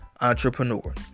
entrepreneur